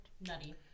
nutty